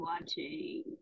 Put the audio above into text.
watching